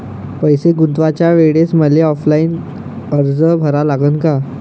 पैसे गुंतवाच्या वेळेसं मले ऑफलाईन अर्ज भरा लागन का?